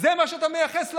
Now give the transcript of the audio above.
זה מה שאתה מייחס לנו,